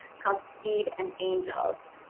called speed and angels.